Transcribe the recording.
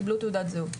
קיבלו תעודת זהות.